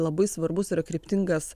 labai svarbus yra kryptingas